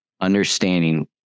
understanding